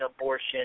abortion